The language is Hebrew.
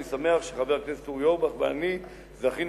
אני שמח שחבר הכנסת אורי אורבך ואני זכינו